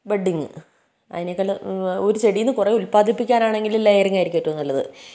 budding അതിനെ ഒരു ചെടിയിൽനിന്ന് കുറേ ഉത്പാദിപ്പിക്കാൻ ആണെങ്കിൽ ലെയറിങ്ങ് ആയിരിക്കും ഏറ്റവും നല്ലത്